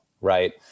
right